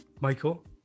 Michael